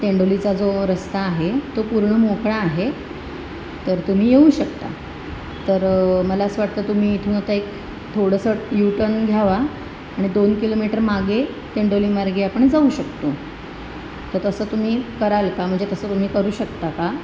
तेंडोलीचा जो रस्ता आहे तो पूर्ण मोकळा आहे तर तुम्ही येऊ शकता तर मला असं वाटतं तुम्ही इथून आता एक थोडंसं यू टर्न घ्यावा आणि दोन किलोमीटर मागे तेंडोलीमार्गे आपण जाऊ शकतो तर तसं तुम्ही कराल का म्हणजे तसं तुम्ही करू शकता का